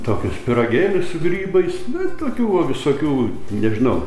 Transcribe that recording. tokius pyragėlius su grybais bet tokių va visokių nežinau